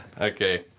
okay